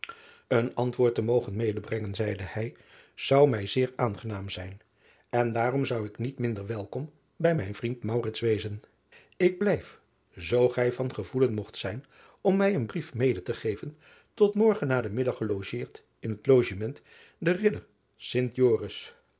en antwoord te mogen medebrengen zeide hij zou mij zeer aangenaam zijn en daarom zou ik niet minder welkom bij mijn vriend wezen k blijf zoo gij van gevoelen mogt zijn om mij een brief mede te geven tot morgen na den middag gelogeerd in het ogement de idder t oris